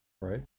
right